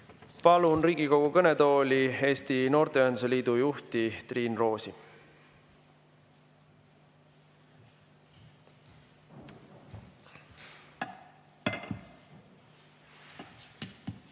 Palun Riigikogu kõnetooli Eesti Noorteühenduste Liidu juhi Triin Roosi.